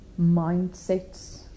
mindsets